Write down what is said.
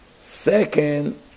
Second